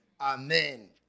Amen